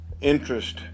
interest